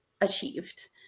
achieved